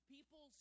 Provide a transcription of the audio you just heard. People